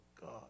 God